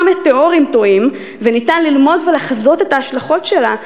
מטאורים תועים וניתן ללמוד ולחזות את ההשלכות שלה,